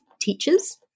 teachers